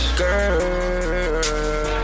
girl